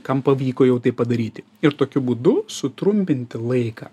kam pavyko jau tai padaryti ir tokiu būdu sutrumpinti laiką